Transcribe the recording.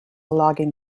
logging